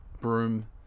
broom